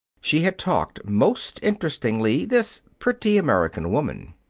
she had talked most interestingly, this pretty american woman.